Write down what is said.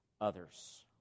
others